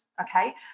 Okay